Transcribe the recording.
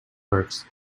parks